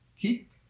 keep